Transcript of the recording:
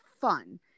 fun